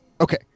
Okay